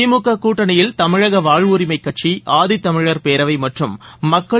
திமுக கூட்டணியில் தமிழக வாழ்வுரிமைக் கட்சி ஆதி தமிழர் பேரவை மற்றும் மக்கள்